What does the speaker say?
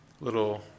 little